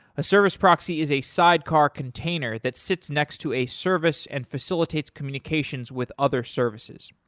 a service proxy is a sidecar container that sits next to a service and facilitates communications with other services.